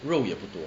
肉也不多